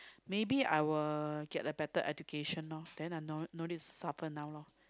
maybe I will get a better education lor then I don't don't need suffer now lor